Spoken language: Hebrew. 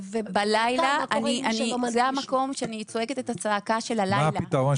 זהו המקום שבו אני צועקת את הצעקה של הלילה.